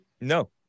No